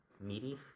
Meaty